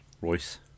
Royce